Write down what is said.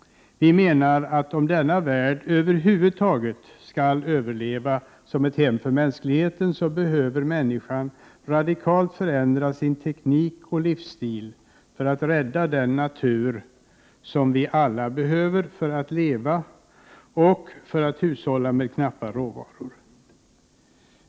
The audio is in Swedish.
Vi menar att om världen över huvud taget skall överleva som ett hem för mänskligheten, behöver människan radikalt förändra sin teknik och livsstil för att rädda den natur som vi alla behöver för att leva och för att hushålla med knappa råvaror.